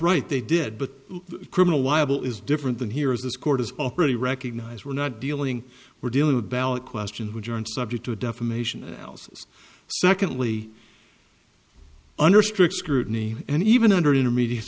right they did but criminal liable is different than here is this court is a pretty recognize we're not dealing we're dealing with ballot questions which aren't subject to defamation analysis secondly under strict scrutiny and even under intermediate